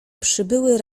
przybyły